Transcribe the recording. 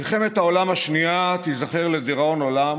מלחמת העולם השנייה תיזכר לדיראון עולם